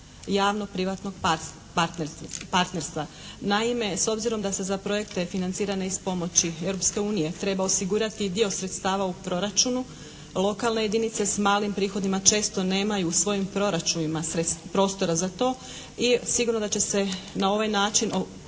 javnog privatnog partnerstva. Naime, s obzirom da se za projekte financirane iz pomoći Europske unije treba osigurati i dio sredstava u proračunu, lokalne jedinice s malim prihodima često nemaju u svojim proračunima prostora za to i sigurno da će se na ovaj način